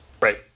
Right